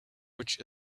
which